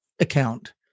account